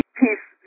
peace